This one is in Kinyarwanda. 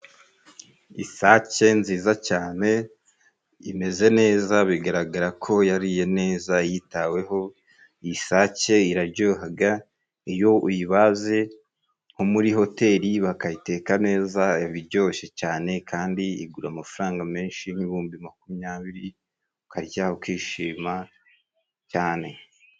Isake nziza cyane imeze neza bigaragara ko yariye neza, yitaweho iyisake iraryohaga iyo uyibaze nko muri hoteli bakayiteka neza, biryoshye cane kandi igura amafaranga menshi y'ibihumbi makumyabiri ukarya ukishima cyane